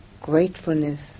gratefulness